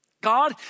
god